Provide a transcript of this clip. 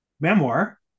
memoir